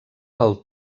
pel